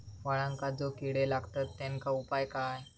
फळांका जो किडे लागतत तेनका उपाय काय?